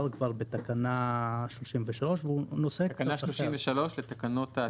כבר בתקנה 33. תקנה 33 לתקנות התקשורת.